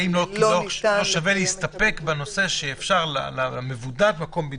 האם לא שווה להסתפק בכך שלמבודד יש מקום לבידוד.